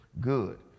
good